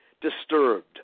disturbed